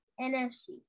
NFC